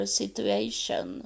situation